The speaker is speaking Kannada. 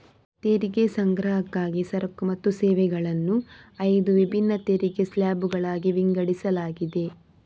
ತೆರಿಗೆ ಸಂಗ್ರಹಕ್ಕಾಗಿ ಸರಕು ಮತ್ತು ಸೇವೆಗಳನ್ನು ಐದು ವಿಭಿನ್ನ ತೆರಿಗೆ ಸ್ಲ್ಯಾಬುಗಳಾಗಿ ವಿಂಗಡಿಸಲಾಗಿದೆ